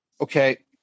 Okay